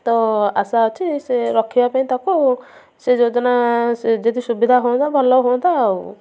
ତ ଆଶା ଅଛି ସେ ରଖିବା ପାଇଁ ତାକୁ ସେ ଯେଉଁଦିନ ଯଦି ସୁବିଧା ହୁଆନ୍ତା ତା'ହେଲେ ହୁଅନ୍ତା ଆଉ